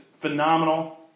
phenomenal